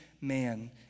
man